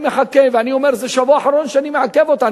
מחכה ואומר: זה שבוע אחרון שאני מעכב אותה.